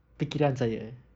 fikiran saya